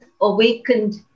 awakened